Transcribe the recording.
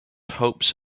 hopes